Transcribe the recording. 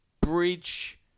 bridge